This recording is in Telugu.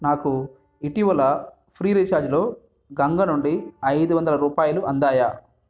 నాకు ఇటీవల ఫ్రీ రీచార్జ్లో గంగ నుండి ఐదు వందల రూపాయలు అందాయా